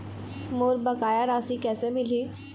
मोर बकाया राशि कैसे मिलही?